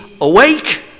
awake